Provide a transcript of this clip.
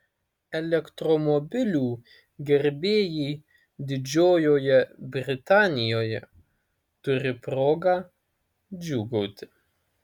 elektromobilių gerbėjai didžiojoje britanijoje turi progą džiūgauti